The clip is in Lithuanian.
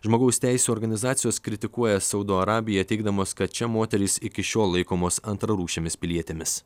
žmogaus teisių organizacijos kritikuoja saudo arabiją teigdamos kad čia moterys iki šiol laikomos antrarūšėmis pilietėmis